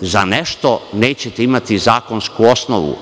Za nešto nećete imati zakonsku osnovu.